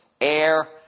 Air